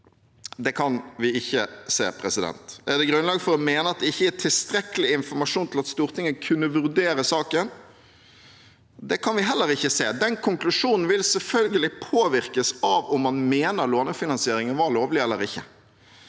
Det kan vi ikke se. Er det grunnlag for å mene at det ikke er gitt tilstrekkelig informasjon til at Stortinget kunne vurdere saken? Det kan vi heller ikke se. Den konklusjonen vil selvfølgelig påvirkes av om man mener lånefinansieringen var lovlig eller ikke,